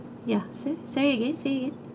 ya so sorry again say again